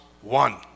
One